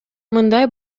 мындай